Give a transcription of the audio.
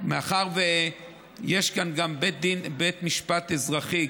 מאחר שיש כאן גם בית משפט אזרחי,